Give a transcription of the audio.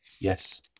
yes